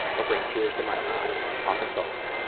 or bring tears to my eyes. often both.